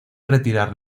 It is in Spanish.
retirar